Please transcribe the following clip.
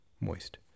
moist